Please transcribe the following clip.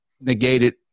negated